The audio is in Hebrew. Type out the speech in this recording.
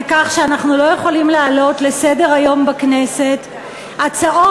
על כך שאנחנו לא יכולים להעלות לסדר-היום בכנסת הצעות